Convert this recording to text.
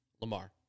Lamar